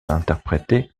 interprétées